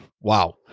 Wow